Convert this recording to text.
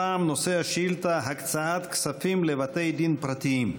הפעם נושא השאילתה: הקצאת כספים לבתי דין פרטיים.